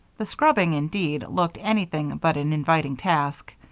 the scrubbing, indeed, looked anything but an inviting task.